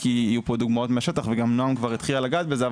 כי יהיו פה דוגמאות מהשטח וגם נועם כבר התחילה לגעת בזה,